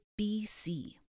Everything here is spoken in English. BC